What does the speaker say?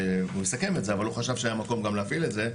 הוא יסכם את זה אבל הוא חשב שהיה מקום גם להפעיל את זה,